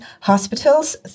hospitals